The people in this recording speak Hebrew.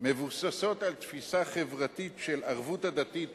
מבוססים על תפיסה חברתית של ערבות הדדית